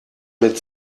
mit